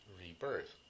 rebirth